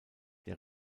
der